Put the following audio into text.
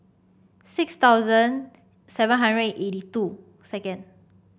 six thousand seven hundred and eighty two second